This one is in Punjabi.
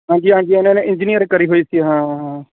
ਹਾਂਜੀ ਹਾਂਜੀ ਉਹਨਾਂ ਨੇ ਇੰਜੀਨੀਅਰ ਕਰੀ ਹੋਈ ਸੀ ਹਾਂ ਹਾਂ ਹਾਂ